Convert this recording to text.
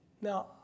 Now